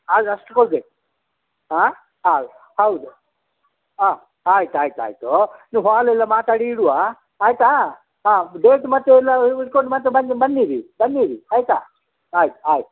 ಆಗ ಅಷ್ಟು ಕೊಡ್ಬೇಕು ಆಂ ಹೌದು ಹೌದು ಆಂ ಆಯ್ತು ಆಯ್ತು ಆಯ್ತು ನೀವು ಹಾಲೆಲ್ಲ ಮಾತಾಡಿ ಇಡುವಾ ಆಯಿತಾ ಹಾಂ ಡೇಟ್ ಮತ್ತು ಎಲ್ಲ ಹಿಡ್ಕೊಂಡು ಮತ್ತೆ ಬನ್ನಿ ಬನ್ನಿರಿ ಬನ್ನಿರಿ ಆಯಿತಾ ಆಯ್ತು ಆಯ್ತು